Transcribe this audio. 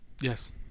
Yes